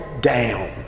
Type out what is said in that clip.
down